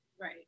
Right